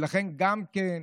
ולכם גם כן,